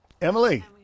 Emily